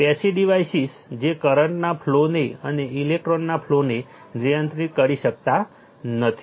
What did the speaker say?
passive devices જે કરંટના ફ્લોને અને ઇલેક્ટ્રોનના ફ્લોને નિયંત્રિત કરી શકતા નથી